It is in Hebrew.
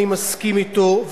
אני מסכים אתו,